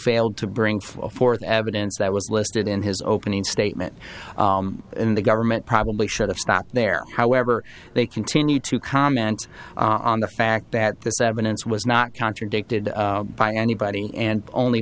failed to bring forth evidence that was listed in his opening statement in the government probably should have stopped there however they continued to comment on the fact that this evidence was not contradicted by anybody and only